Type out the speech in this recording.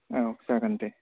औ जागोन दे